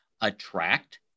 attract